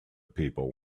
people